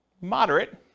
Moderate